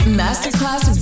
masterclass